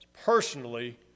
personally